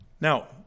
Now